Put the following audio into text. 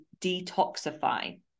detoxify